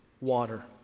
water